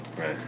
Right